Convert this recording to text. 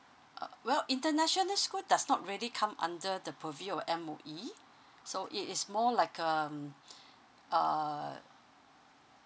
ugh well international school does not really come under the purview of M_O_E so it is more like um uh